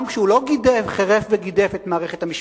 גם כשהוא לא חירף וגידף את המערכת המשפטית,